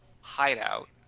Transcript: Hideout